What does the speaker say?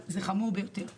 אבל זה חמור ביותר.